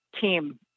team